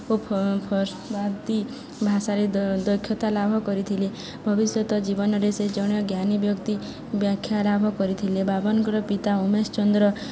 ଓ ଫତି ଭାଷାରେ ଦକ୍ଷତା ଲାଭ କରିଥିଲେ ଭବିଷ୍ୟତ ଜୀବନରେ ସେ ଜଣେ ଜ୍ଞାନୀ ବ୍ୟକ୍ତି ବ୍ୟାଖ୍ୟା ଲାଭ କରିଥିଲେ ବାବନଙ୍କର ପିତା ଓମେଶ ଚନ୍ଦ୍ର